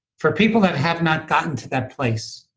for people that have not gotten to that place,